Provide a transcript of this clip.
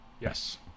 Yes